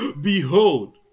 behold